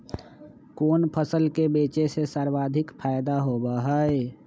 कोन फसल के बेचे से सर्वाधिक फायदा होबा हई?